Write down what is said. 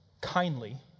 kindly